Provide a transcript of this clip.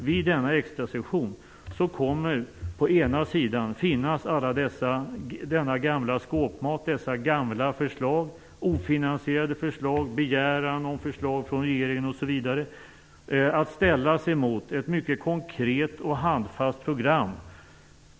Vid denna extrasession kommer denna gamla skåpmat, dessa gamla förslag, dessa ofinansierade förslag, begäran om förslag från regeringen osv. att ställas mot ett mycket konkret och handfast program.